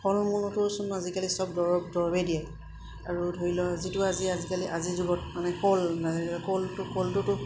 ফল মূলতো চোন আজিকালি চব দৰৱ দৰৱেই দিয়ে আৰু ধৰি লওঁ যিটো আজি আজিকালি আজিৰ যুগত মানে কল কলটো কলটোতো